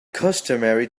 customary